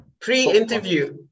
Pre-interview